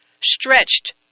stretched